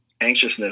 anxiousness